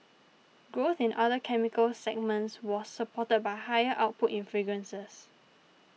growth in other chemicals segment was supported by higher output in fragrances